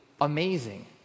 amazing